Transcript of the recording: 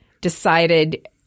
decided –